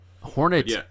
Hornet